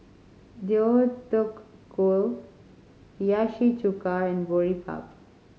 Deodeok Gui Hiyashi Chuka and Boribap